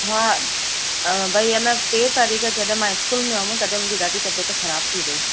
हा भई ऐं न टे तारीख़ जॾहिं मां स्कूल में हुअमि तॾहिं मुंहिंजी ॾाढी तबियत ख़राबु थी वेई